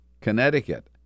Connecticut